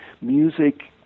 music